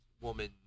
woman